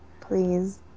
please